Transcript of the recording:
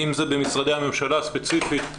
אם זה במשרדי הממשלה ספציפית,